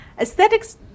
Aesthetics